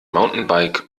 mountainbike